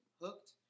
hooked